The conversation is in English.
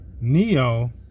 Neo